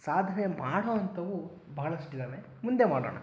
ಸಾಧನೆ ಮಾಡುವಂಥವು ಬಹಳಷ್ಟಿದ್ದಾವೆ ಮುಂದೆ ಮಾಡೋಣ